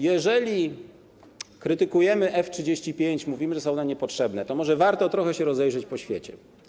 Jeżeli krytykujemy F-35, mówimy, że są nam niepotrzebne, to może warto trochę się rozejrzeć po świecie.